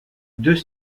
deux